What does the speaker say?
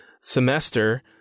semester